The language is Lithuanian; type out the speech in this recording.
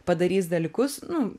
padarys dalykus nu